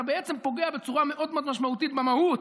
אתה בעצם פוגע בצורה מאוד מאוד משמעותית במהות,